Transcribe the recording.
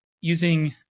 using